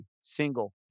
single